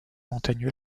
montagneux